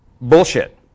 Bullshit